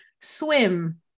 swim